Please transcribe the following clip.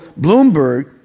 Bloomberg